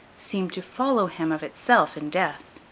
seemed to follow him of itself in death.